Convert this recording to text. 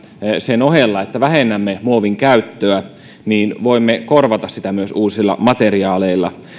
sen ohella että vähennämme muovin käyttöä voimme korvata sitä myös uusilla materiaaleilla